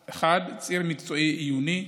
1. ציר מקצועי-עיוני,